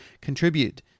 contribute